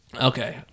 Okay